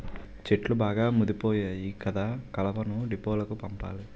చెట్లు బాగా ముదిపోయాయి కదా కలపను డీపోలకు పంపాలి